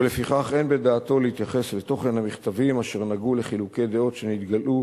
ולפיכך אין בדעתו להתייחס לתוכן המכתבים אשר נגעו לחילוקי דעות שנתגלעו